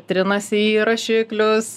trinasi į rašiklius